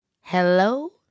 Hello